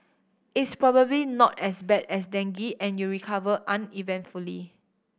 it's probably not as bad as dengue and you recover uneventfully